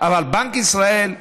אבל בנק ישראל התנגד.